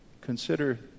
consider